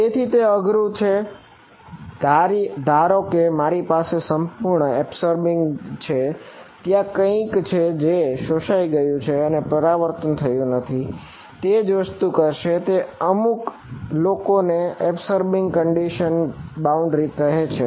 તેથી તે અઘરું છે ધારીએ કે મારી પાસે સંપૂર્ણ એબસોરબિંગ કહે છે